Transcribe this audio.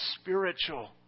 spiritual